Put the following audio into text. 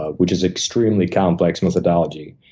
ah which is extremely complex methodology.